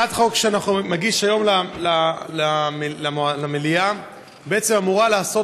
הצעת החוק שאנחנו נגיש היום למליאה אמורה לעשות